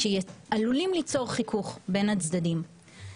שעלולים ליצור חיכוך בין הצדדים.